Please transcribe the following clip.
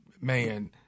man